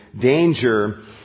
danger